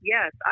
Yes